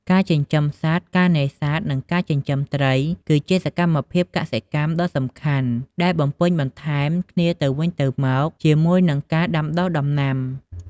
ការចិញ្ចឹមសត្វ ការនេសាទ និង ចិញ្ចឹមត្រី គឺជាសកម្មភាពកសិកម្មដ៏សំខាន់ដែលបំពេញបន្ថែមគ្នាទៅវិញទៅមកជាមួយនឹងការដាំដុះដំណាំ។